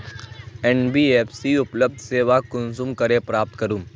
NBFC उपलब्ध सेवा कुंसम करे प्राप्त करूम?